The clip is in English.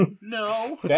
No